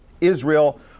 Israel